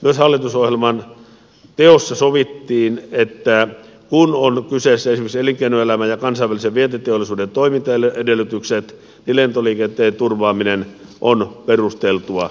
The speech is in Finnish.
myös hallitusohjelman teossa sovittiin että kun on kyseessä esimerkiksi elinkeinoelämän ja kansainvälisen vientiteollisuuden toimintaedellytykset niin lentoliikenteen turvaaminen on perusteltua